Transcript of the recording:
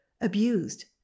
abused